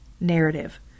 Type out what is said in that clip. narrative